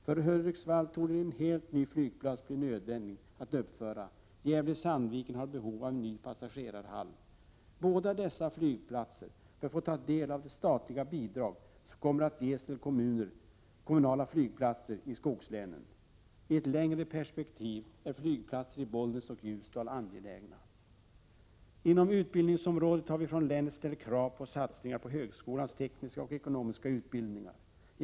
För Hudiksvall torde en helt ny flygplats bli nödvändig att uppföra. Gävle/Sandviken har behov av en ny passagerarhamn. Båda dessa flygplatser bör få ta del av det statliga bidrag som kommer att ges till kommunala flygplatser i skogslänen. I ett längre perspektiv är flygplatser i Bollnäs och Ljusdal angelägna. Inom utbildningsområdet har vi från länet ställt krav på satsningar på högskolans tekniska och ekonomiska utbildningar.